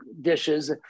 dishes